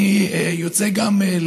אני גם יוצא להליכות